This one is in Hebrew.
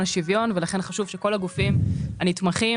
השוויון ולכן חשוב שכל הגופים הנתמכים,